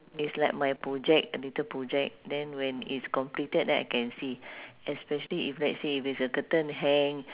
it's like my project a little project then when it's completed then I can see especially if let's say if it's a curtain hang